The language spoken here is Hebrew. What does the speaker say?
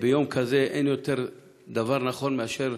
ביום כזה אין דבר נכון יותר מאשר